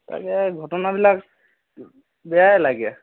তাকে ঘটনাবিলাক বেয়াই লাগে